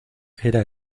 era